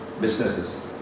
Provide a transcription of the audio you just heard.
Businesses